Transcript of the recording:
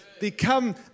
Become